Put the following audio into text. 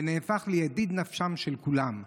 ונהפך לידיד נפשם של כולם,